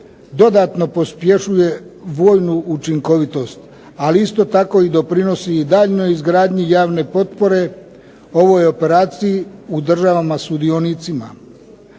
dodatno pospješuje vojnu učinkovitost, ali isto tako i doprinosi i daljnjoj izgradnji javne potpore ovoj operaciji u državama sudionicima.